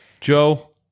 Joe